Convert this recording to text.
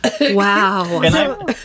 Wow